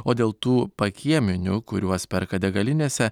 o dėl tų pakieminių kuriuos perka degalinėse